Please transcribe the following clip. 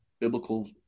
biblical